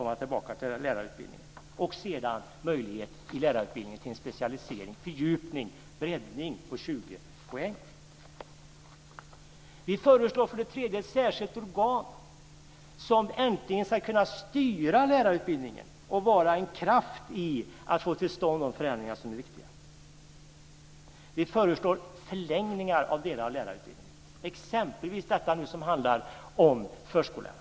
Sedan finns det i lärarutbildningen också möjlighet till en specialisering, fördjupning eller breddning på 20 poäng. För det tredje föreslår vi ett särskilt organ som äntligen ska kunna styra lärarutbildningen och vara en kraft i att få till stånd de förändringar som är viktiga. För det fjärde föreslår vi förlängningar av delar av lärarutbildningen. Ett exempel är detta som handlar om förskollärarna.